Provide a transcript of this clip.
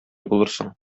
булырсың